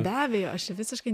be abejo aš čia visiškai